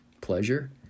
pleasure